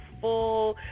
full